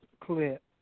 clip